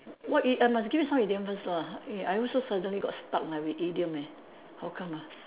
what i~ I must give you some idiom first lah eh I also suddenly got stuck lah with my idiom eh how come ah